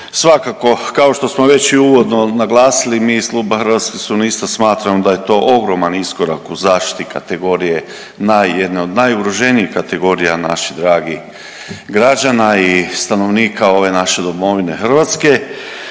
Svakako kao što smo već i uvodno naglasili mi iz Kluba Hrvatskih suverenista smatramo da je to ogroman iskorak u zaštiti kategorije naj, jedne od najugroženijih kategorija naših dragih građana i stanovnika ove naše domovine Hrvatske,